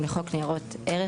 2 לניירות ערך,